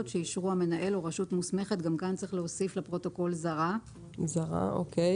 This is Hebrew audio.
שאישרו המנהל או רשות מוסמכת זרה (תוספת של שירה סופר במהלך ההקראה,